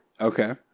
Okay